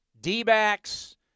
D-backs